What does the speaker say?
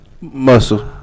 Muscle